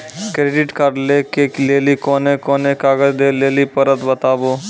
Credit card लै के लेली कोने कोने कागज दे लेली पड़त बताबू?